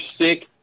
sick